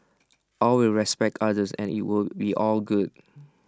always respect others and IT will be all good